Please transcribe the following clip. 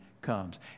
comes